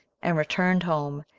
and returned home,